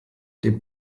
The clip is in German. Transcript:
dem